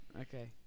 okay